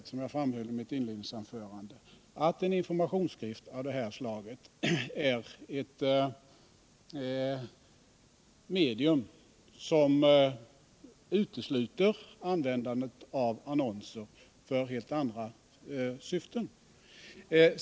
Som jag framhöll i mitt in edningsanförande är inte en informationsskrift av det här slaget ett medium som utesluter användandet av annonser för helt andra syften.